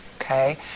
Okay